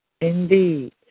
Indeed